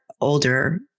older